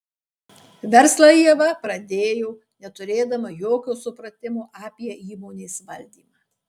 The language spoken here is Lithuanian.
verslą ieva pradėjo neturėdama jokio supratimo apie įmonės valdymą